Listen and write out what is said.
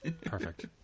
perfect